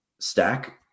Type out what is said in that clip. Stack